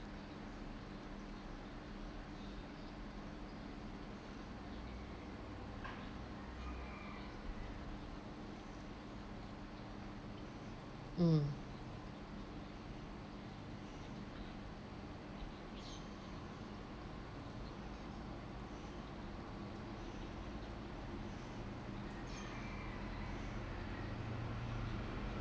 mm